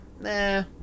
Nah